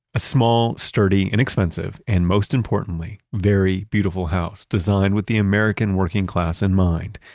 a small, sturdy, inexpensive, and most importantly, very beautiful house, designed with the american working class in mind.